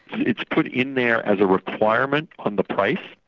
it's put in there as a requirement on the price.